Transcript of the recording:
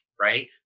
right